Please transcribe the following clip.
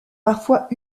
parfois